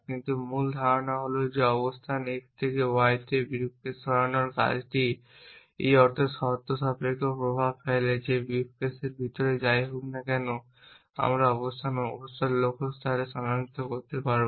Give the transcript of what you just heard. কিন্তু মূল ধারণা হল যে অবস্থান x থেকে y তে একটি ব্রিফকেস সরানোর কাজটি এই অর্থে শর্তসাপেক্ষ প্রভাব ফেলে যে ব্রিফকেসের ভিতরে যাই হোক না কেন আমরা অবশ্যই লক্ষ্য স্থানে স্থানান্তর করতে পারব